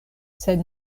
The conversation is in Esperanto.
sed